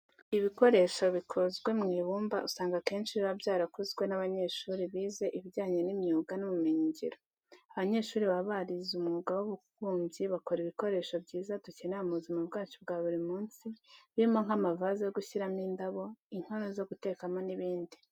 Ibikoresho bikozwe mu ibumba usanga akenshi biba byarakozwe n'abanyeshuri bize ibijyanye n'imyuga n'ubumenyingiro. Abanyeshuri baba barize umwuga w'ububumbyi bakora ibikoresho byiza dukenera mu buzima bwacu bwa buri munsi birimo nk'amavaze yo gushyiramo indabo, inkono zo gutekamo n'ibindi.